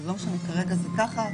ולא משנה כרגע אם זה כך,